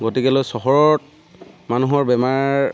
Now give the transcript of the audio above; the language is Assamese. গতিকে লৈ চহৰত মানুহৰ বেমাৰ